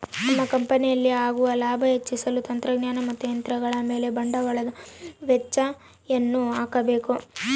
ನಮ್ಮ ಕಂಪನಿಯಲ್ಲಿ ಆಗುವ ಲಾಭ ಹೆಚ್ಚಿಸಲು ತಂತ್ರಜ್ಞಾನ ಮತ್ತು ಯಂತ್ರಗಳ ಮೇಲೆ ಬಂಡವಾಳದ ವೆಚ್ಚಯನ್ನು ಹಾಕಬೇಕು